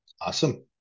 awesome